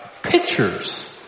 pictures